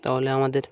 তাহলে আমাদের